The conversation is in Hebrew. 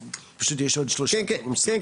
פשוט יש עוד דוברים שצריכים להספיק.